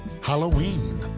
Halloween